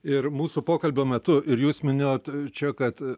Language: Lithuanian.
ir mūsų pokalbio metu ir jūs minėjot čia kad